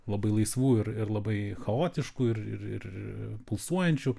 labai laisvų ir ir labai chaotiškų ir ir ir pulsuojančių